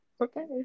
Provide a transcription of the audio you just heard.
Okay